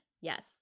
Yes